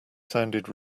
sounded